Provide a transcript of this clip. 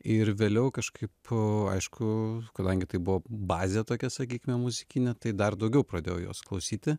ir vėliau kažkaip aišku kadangi tai buvo bazė tokia sakykime muzikinė tai dar daugiau pradėjau jos klausyti